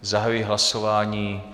Zahajuji hlasování.